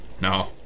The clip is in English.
No